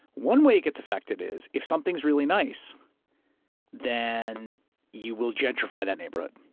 one way it gets effected is if something's really nice then you will gentrify that neighborhood.